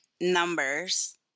numbers